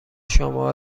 شما